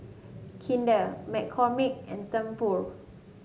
Kinder McCormick and Tempur